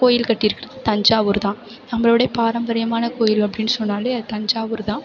கோயில் கட்டியிருக்குறது தஞ்சாவூர் தான் நம்மளோட பாரம்பரியமான கோயில் அப்படின்னு சொன்னாலே அது தஞ்சாவூர் தான்